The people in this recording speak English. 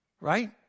Right